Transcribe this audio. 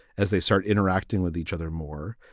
as they start interacting with each other more,